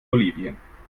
bolivien